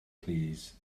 plîs